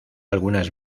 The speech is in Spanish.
algunas